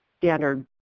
standard